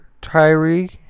Tyree